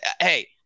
hey